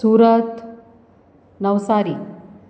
Surat Navsari